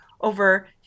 over